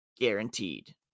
guaranteed